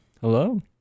hello